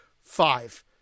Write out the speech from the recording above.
five